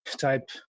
type